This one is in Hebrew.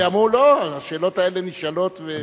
השאלות האלה נשאלות.